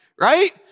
right